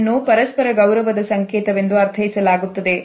ಇದನ್ನು ಪರಸ್ಪರ ಗೌರವದ ಸಂಕೇತವೆಂದು ಅರ್ಥೈಸಲಾಗುತ್ತದೆ